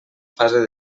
fase